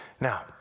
Now